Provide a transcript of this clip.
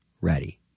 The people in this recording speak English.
ready